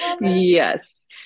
yes